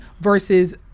versus